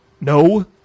No